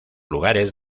lugares